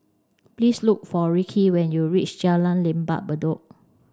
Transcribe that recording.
please look for Ricky when you reach Jalan Lembah Bedok